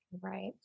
Right